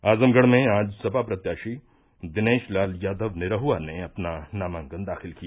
आजमगढ़ में आज सपा प्रत्याशी दिनेश लाल यादव निरहुआ ने अपना नामांकन दाखिल किया